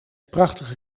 prachtige